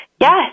Yes